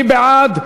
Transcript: מי בעד?